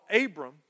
Abram